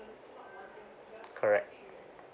correct